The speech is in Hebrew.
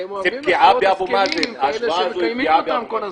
אתם אוהבים לעשות הסכמים עם כאלה שמקיימים אותם כל הזמן.